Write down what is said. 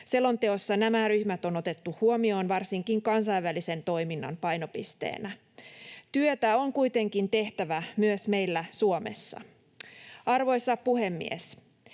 Selonteossa nämä ryhmät on otettu huomioon varsinkin kansainvälisen toiminnan painopisteenä. Työtä on kuitenkin tehtävä myös meillä Suomessa. Arvoisa puhemies!